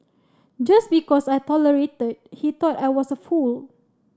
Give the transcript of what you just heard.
just because I tolerated he thought I was a fool